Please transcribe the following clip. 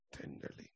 Tenderly